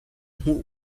hmuh